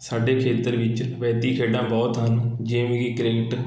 ਸਾਡੇ ਖੇਤਰ ਵਿੱਚ ਰਵਾਇਤੀ ਖੇਡਾਂ ਬਹੁਤ ਹਨ ਜਿਵੇਂ ਕਿ ਕ੍ਰਿਕਟ